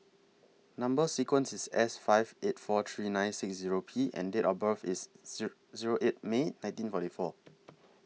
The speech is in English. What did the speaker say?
Number sequence IS S five eight four three nine six P and Date of birth IS Zero eight May nineteen forty four